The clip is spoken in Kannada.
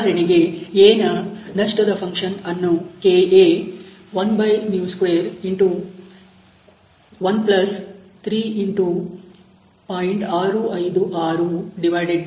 ಉದಾಹರಣೆಗೆ A'ನ ನಷ್ಟದ ಫನ್ಕ್ಷನ್ ಅನ್ನು kA 1²130